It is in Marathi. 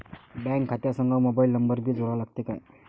बँक खात्या संग मोबाईल नंबर भी जोडा लागते काय?